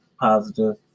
positive